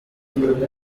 the